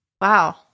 Wow